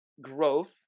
growth